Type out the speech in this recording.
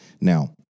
Now